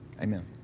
Amen